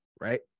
right